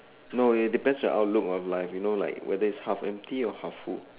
no it depends on outlook of life you know like whether it's half empty or half full